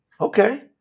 Okay